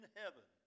heaven